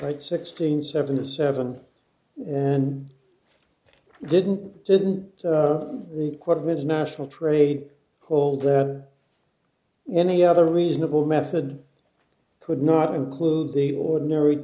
but sixteen seventy seven and didn't didn't need quite a bit of national trade whole the any other reasonable method could not include the ordinary